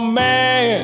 man